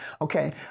Okay